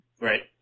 Right